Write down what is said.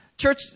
Church